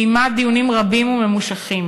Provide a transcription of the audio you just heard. היא קיימה דיונים רבים וממושכים.